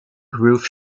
groove